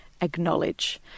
acknowledge